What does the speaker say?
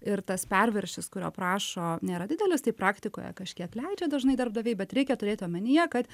ir tas perviršis kurio prašo nėra didelis tai praktikoje kažkiek leidžia dažnai darbdaviai bet reikia turėti omenyje kad